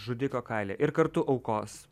žudiko kailyje ir kartu aukos